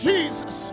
Jesus